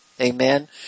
Amen